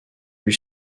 lui